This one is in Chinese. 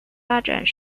发展